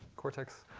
cortex.